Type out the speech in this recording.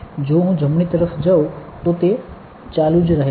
જો હું જમણી તરફ જઉં તો તે ચાલુ જ રહે છે